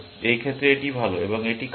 এই ক্ষেত্রে এটি ভাল এবং এটি খারাপ